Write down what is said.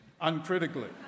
uncritically